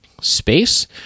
space